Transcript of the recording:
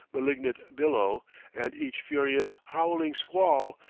malignant billow and each furious, howling squall,